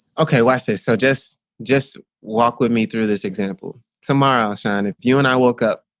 okay, why say so just just walk with me through this example. tomorrow, shawn, if you and i woke up,